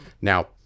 Now